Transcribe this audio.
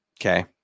Okay